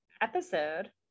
episode